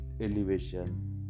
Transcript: elevation